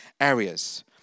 areas